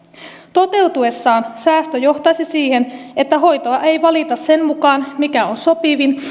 toteutuessaan säästö johtaisi siihen että hoitoa ei valita sen mukaan mikä on sopivin